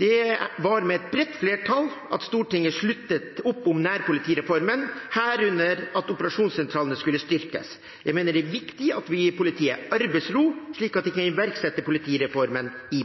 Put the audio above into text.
Det var med et bredt flertall at Stortinget sluttet opp om nærpolitireformen, herunder at operasjonssentralene skulle styrkes. Jeg mener det er viktig at vi gir politiet arbeidsro, slik at de kan iverksette politireformen i